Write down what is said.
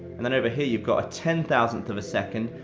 and then over here you've got ten thousand of a second,